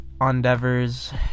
endeavors